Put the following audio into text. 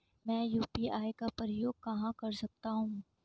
मैं यू.पी.आई का उपयोग कहां कर सकता हूं?